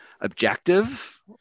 objective